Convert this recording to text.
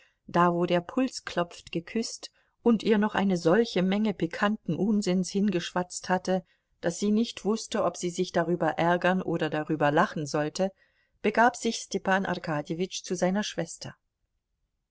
da wo der puls klopft geküßt und ihr noch eine solche menge pikanten unsinns hingeschwatzt hatte daß sie nicht wußte ob sie sich darüber ärgern oder darüber lachen sollte begab sich stepan arkadjewitsch zu seiner schwester